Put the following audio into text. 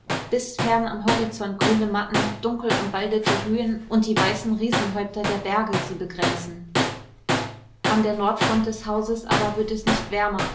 bis fern am horizont grüne matten dunkelumwaldete höhen und die weißen riesenhäupter der berge sie begrenzen an der nordfront des hauses aber wird es nicht wärmer